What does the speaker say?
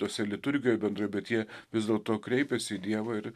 tose liturgijoj bendroj bet jie vis dėlto kreipiasi į dievą ir